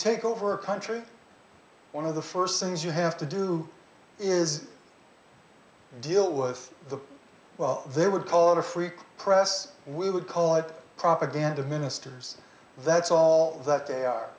take over a country one of the first things you have to do is deal with the well they would call it a free press we would call it propaganda ministers that's all that they are